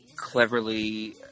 cleverly